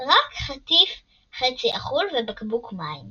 רק חטיף חצי אכול ובקבוק מים.